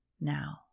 now